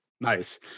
Nice